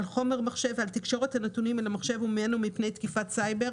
על חומר מחשב ועל תקשורת הנתונים אל המחשב וממנו מפני תקיפת סייבר,